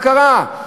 מה קרה?